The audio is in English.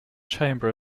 chamber